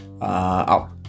up